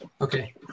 Okay